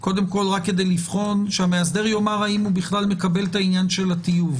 רק כדי לבחון שהמאסדר יאמר אם הוא בכלל מקבל את העניין של הטיוב.